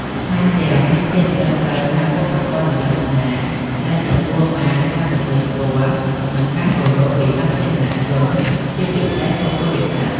ថែមទាំងមានភាពត្រឹមត្រូវខាងវប្បធម៌ និងសាសនា ដែលទទួលបានការទទួលស្គាល់ និងការគោរពពីសាធារណជន ជាពិសេសពុទ្ធបរិស័ទ។